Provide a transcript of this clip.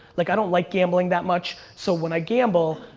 like i don't like gambling that much. so when i gamble,